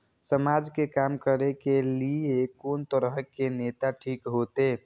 समाज के काम करें के ली ये कोन तरह के नेता ठीक होते?